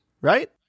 Right